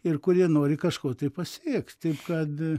ir kurie nori kažko pasiekt taip kad